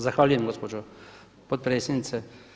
Zahvaljujem gospođo potpredsjednice.